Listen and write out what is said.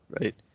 Right